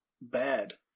bad